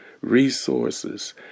Resources